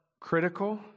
critical